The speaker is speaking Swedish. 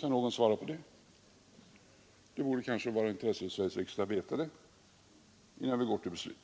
Kan någon svara på det? Det borde kanske vara av intresse för Sveriges riksdag att veta det innan vi går till beslut.